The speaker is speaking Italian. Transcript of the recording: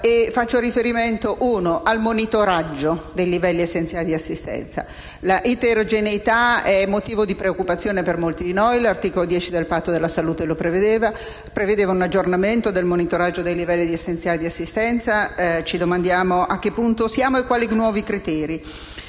Faccio riferimento al monitoraggio dei livelli essenziali di assistenza. La eterogeneità è motivo di preoccupazione per molti di noi. L'articolo 10 del Patto della salute prevedeva un aggiornamento del monitoraggio dei livelli essenziali di assistenza; ci domandiamo a che punto siamo e quali sono i nuovi criteri.